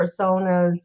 personas